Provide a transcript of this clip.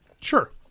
sure